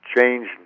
change